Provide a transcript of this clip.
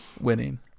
Winning